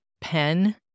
pen